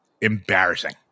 embarrassing